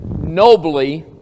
nobly